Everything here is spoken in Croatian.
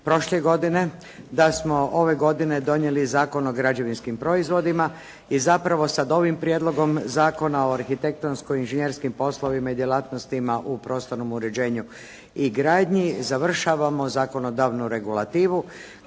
prošle godine, da smo ove godine donijeli Zakon o građevinskim proizvodima i zapravo sada s ovim prijedlogom Zakona o arhitektonskoj i inženjerskim poslovima i djelatnostima u prostornom uređenju i gradnji završavamo zakonodavnu regulativu